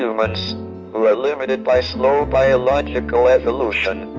humans, who are limited by slow biological evolution,